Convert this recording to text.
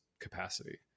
capacity